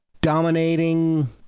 dominating